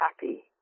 happy